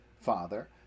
Father